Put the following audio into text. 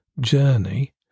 journey